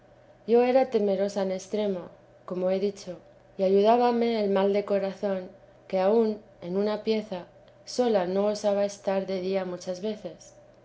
yo era temerosa en extremo como he dicho y ayudábame el mal de corazón que aun en una pieza sola no osaba estar de día muchas veces